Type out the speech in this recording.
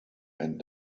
and